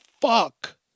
fuck